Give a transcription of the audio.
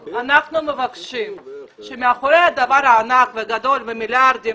מבקשים שמאחורי הדבר הענק והגדול במיליארדי שקלים,